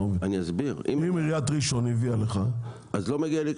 אם עיריית ראשון הביאה לך אז לא מגיע לי?